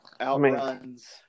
outruns